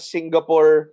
Singapore